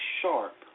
sharp